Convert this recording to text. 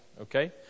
okay